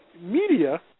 media